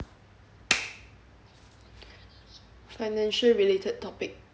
financial related topic